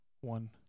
one